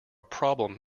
problem